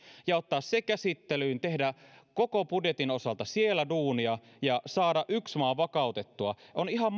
ja ottaa se käsittelyyn tehdä koko budjetin osalta siellä duunia ja saada yksi maa vakautettua on ihan